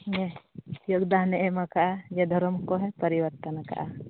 ᱡᱳᱜᱫᱟᱱᱮ ᱮᱢ ᱟᱠᱟᱫᱼᱟ ᱡᱮ ᱫᱷᱚᱨᱚᱢ ᱠᱚᱦᱚᱸᱭ ᱯᱚᱨᱤᱵᱚᱨᱛᱚᱱ ᱟᱠᱟᱫᱼᱟ